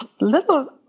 little